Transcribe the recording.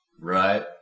Right